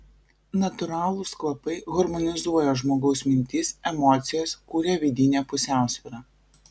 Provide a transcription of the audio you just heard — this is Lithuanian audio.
natūralūs kvapai harmonizuoja žmogaus mintis emocijas kuria vidinę pusiausvyrą